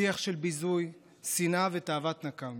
שיח של ביזוי, שנאה ותאוות נקם.